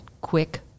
quick